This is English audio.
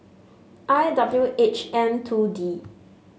I W H M two D